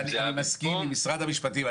אני מסכים עם משרד המשפטים.